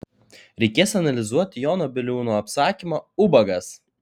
reikės analizuoti jono biliūno apsakymą ubagas